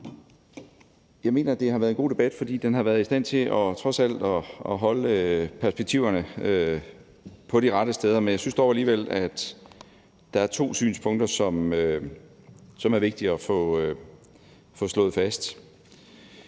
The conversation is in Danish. jeg mener, at det har været en god debat, fordi den har været i stand til trods alt at holde perspektiverne på de rette steder. Men jeg synes dog alligevel, at der er to synspunkter, som er vigtige at få slået fast.